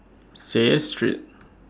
Seah Street